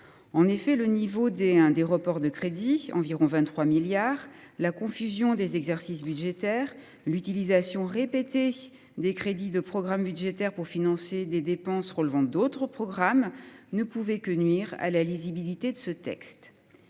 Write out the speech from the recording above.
En effet, le niveau des reports de crédits, environ 23 milliards d’euros, la confusion des exercices budgétaires, l’utilisation répétée de crédits de programmes budgétaires pour financer des dépenses relevant d’autres programmes ne pouvaient que nuire à la lisibilité de ce texte,